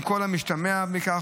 עם כל המשתמע מכך.